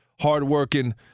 hardworking